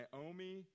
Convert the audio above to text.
Naomi